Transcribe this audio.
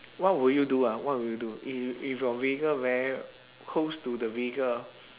what would you do ah what will you do if if your vehicle very close to the vehicle ah